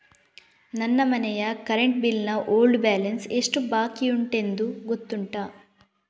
ನನ್ನ ಮನೆಯ current bill ನ ಓಲ್ಡ್ ಬ್ಯಾಲೆನ್ಸ್ ಎಷ್ಟು ಬಾಕಿಯುಂಟೆಂದು ಗೊತ್ತುಂಟ?